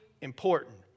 important